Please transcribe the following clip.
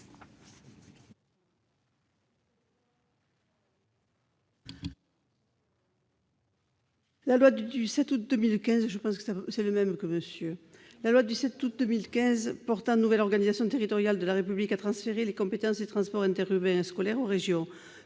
La loi du 7 août 2015 portant nouvelle organisation territoriale de la République a transféré la compétence des transports interurbains et scolaires aux régions.